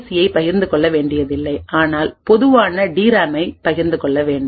சியைப் பகிர்ந்து கொள்ள வேண்டியதில்லை ஆனால் பொதுவான டிராமைப் பகிர்ந்து கொள்ள வேண்டும்